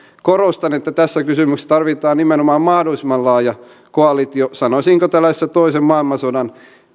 korostan että tässä kysymyksessä tarvitaan nimenomaan mahdollisimman laaja koalitio sanoisinko tällaisessa toisen maailmansodan